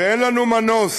ואין לנו מנוס,